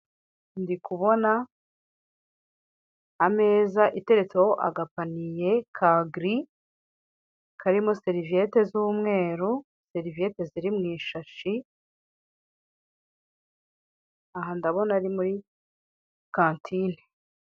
Ndikubona ameza iteretseho agapaniye ka giri karimo seriviyete z'umweru, seriviyete ziri mu ishashi, aha ndabona ari muri kantine.